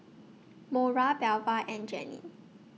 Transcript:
Mora Belva and Jeane